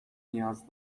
نیاز